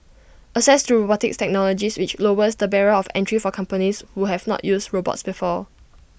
assess to robotics technologies which lowers the barrier of entry for companies who have not used robots before